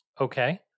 Okay